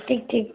ठीक ठीक